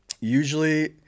usually